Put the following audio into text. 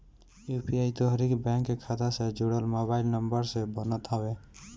UPI तोहरी bank खाता से जुड़ल मोबाइल नंबर से बनत हवे